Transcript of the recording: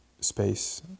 space